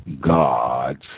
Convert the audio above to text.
God's